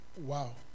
Wow